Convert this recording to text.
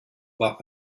war